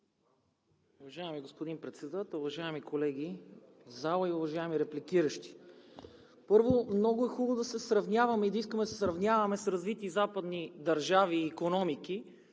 Уважаеми господин Председател, уважаеми колеги в залата и уважаеми репликиращи! Първо, много е хубаво да се сравняваме и да искаме да се сравняваме с развити западни държави и икономики,